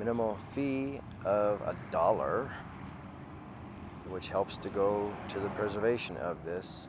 minimal fee of a dollar which helps to go to the preservation of this